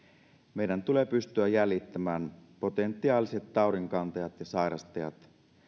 meidän tulee pystyä jäljittämään potentiaaliset taudinkantajat ja sairastajat